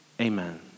Amen